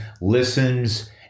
listens